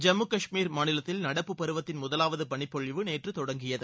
ஜம்மு கஷ்மீர் மாநிலத்தில் நடப்புப் பருவத்தின் முதலாவது பனிப்பொழிவு நேற்று தொடங்கியது